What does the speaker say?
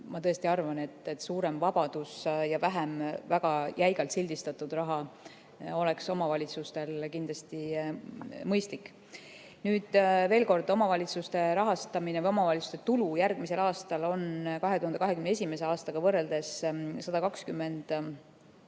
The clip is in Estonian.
ma tõesti arvan, et suurem vabadus ja vähem väga jäigalt sildistatud raha oleks omavalitsustel kindlasti mõistlik. Nüüd, veel kord: omavalitsuste rahastamine või omavalitsuste tulu järgmisel aastal on 2021. aastaga võrreldes 120